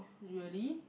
really